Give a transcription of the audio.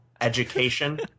Education